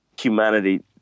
humanity